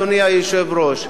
אדוני היושב-ראש.